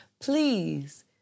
please